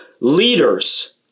leaders